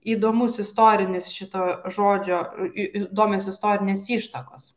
įdomus istorinis šito žodžio i i įdomios istorinės ištakos